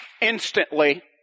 instantly